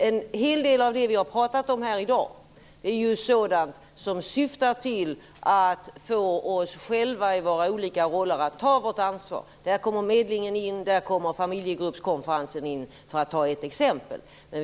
En hel del av det som vi talat om här är sådant som syftar till att få oss själva i våra olika roller att ta vårt ansvar. Där kommer medlingen och familjegruppskonferensen in, för att ta ett par exempel.